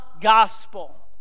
gospel